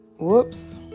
whoops